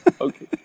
Okay